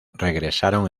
regresaron